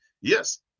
Yes